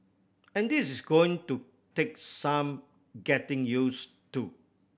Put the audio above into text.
and this is going to take some getting use to